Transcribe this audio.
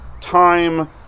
time